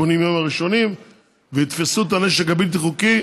יום הראשונים ויתפסו את הנשק הבלתי-חוקי,